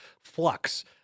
flux